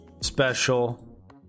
special